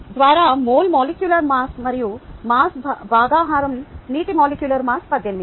ద్వారా mole molecular mass మరియు mass భాగాహారం నీటి మాలిక్యులార్ మాస్ 18